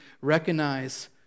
recognize